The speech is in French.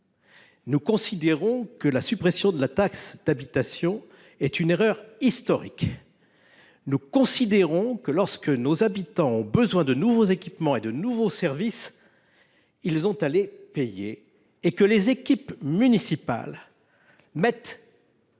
Nous considérons que la suppression de la taxe d’habitation est une erreur historique. Nous considérons que, lorsque nos habitants ont besoin de nouveaux équipements et services, ils ont à les payer. Nous considérons que les équipes municipales mettent